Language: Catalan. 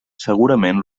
segurament